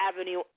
avenue